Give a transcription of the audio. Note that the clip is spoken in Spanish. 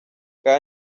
cada